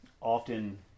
Often